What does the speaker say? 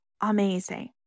amazing